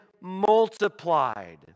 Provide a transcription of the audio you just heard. multiplied